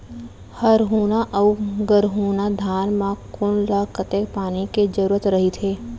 हरहुना अऊ गरहुना धान म कोन ला कतेक पानी के जरूरत रहिथे?